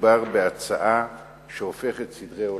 מדובר בהצעה שהופכת סדרי עולם.